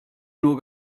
nur